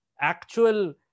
actual